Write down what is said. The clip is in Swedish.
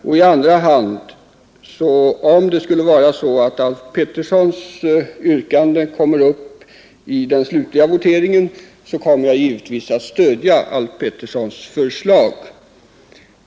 Om däremot herr Alf Petterssons yrkande kommer upp i den slutliga voteringen, kommer jag givetvis att stödja herr Alf Petterssons förslag.